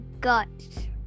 guts